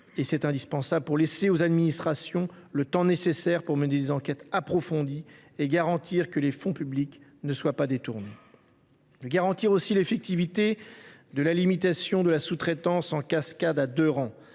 – c’est indispensable –, afin de laisser aux administrations le temps nécessaire de mener des enquêtes approfondies et de garantir que les fonds publics ne soient pas détournés. Garantir la limitation de la sous traitance en cascade à deux rangs